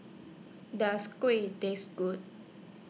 Does Kueh Taste Good